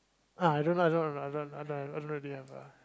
ah I I don't really have ah